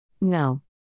No